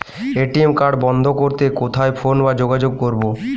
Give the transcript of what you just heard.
ATM card বন্ধ করতে কোথায় ফোন বা যোগাযোগ করব?